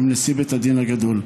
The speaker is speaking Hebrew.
עם נשיא בית הדין הגדול,